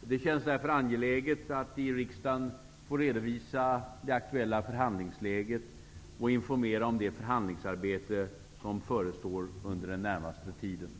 Det känns därför angeläget att i Riksdagen få redovisa det aktuella förhandlingsläget och informera om det förhandlingsarbete som förestår under den närmaste tiden.